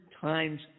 times